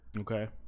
Okay